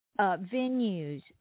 venues